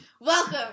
Welcome